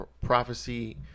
Prophecy